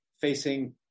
facing